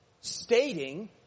stating